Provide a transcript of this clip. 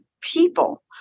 people